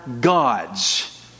God's